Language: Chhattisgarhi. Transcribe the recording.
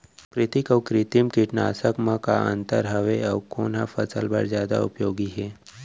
प्राकृतिक अऊ कृत्रिम कीटनाशक मा का अन्तर हावे अऊ कोन ह फसल बर जादा उपयोगी हे?